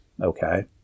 okay